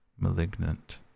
malignant